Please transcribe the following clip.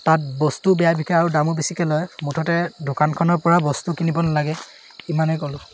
তাত বস্তু বেয়া বিকে আৰু দামো বেছিকৈ লয় মুঠতে দোকানখনৰপৰা বস্তু কিনিব নালাগে ইমানেই ক'লোঁ